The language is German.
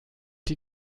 die